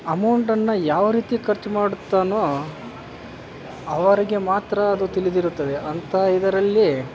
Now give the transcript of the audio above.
ಅಮೌಂಟನ್ನು ಯಾವ ರೀತಿ ಖರ್ಚು ಮಾಡುತ್ತಾನೋ ಅವರಿಗೆ ಮಾತ್ರ ಅದು ತಿಳಿದಿರುತ್ತದೆ ಅಂಥ ಇದರಲ್ಲಿ